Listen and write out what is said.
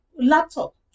laptop